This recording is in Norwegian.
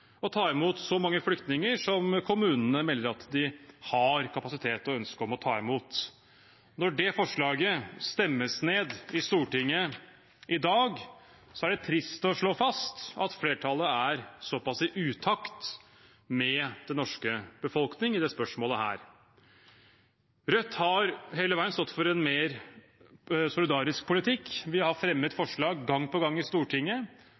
ta imot så mange flyktninger som kommunene melder at de har kapasitet til og ønske om å ta imot. Når det forslaget stemmes ned i Stortinget i dag, er det trist å slå fast at flertallet er såpass i utakt med den norske befolkning i dette spørsmålet. Rødt har hele veien stått for en mer solidarisk politikk. Vi har gang på gang fremmet forslag i Stortinget